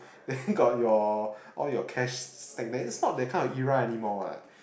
then got your all your cash stacked there it's not that kind of era anymore what